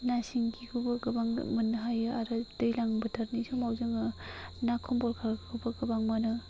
ना सिंगिखौबो गोबां मोननो हायो आरो दैलां बोथोरनि समाव जोङो ना कमलकारखौबो गोबां मोनो